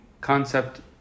concept